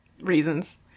reasons